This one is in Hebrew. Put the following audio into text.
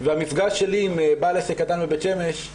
והמפגש שלי עם בעל עסק קטן בבית שמש,